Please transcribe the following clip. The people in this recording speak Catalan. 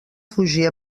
fugir